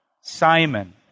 Simon